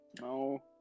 No